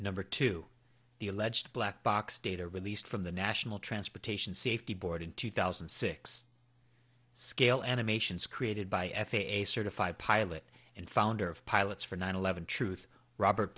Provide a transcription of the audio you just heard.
number two the alleged black box data released from the national transportation safety board in two thousand and six scale animations created by f a a certified pilot and founder of pilots for nine eleven truth rober